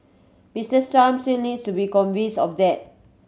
Mister Trump still needs to be convince of that